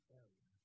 area